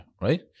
right